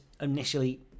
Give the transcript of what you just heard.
initially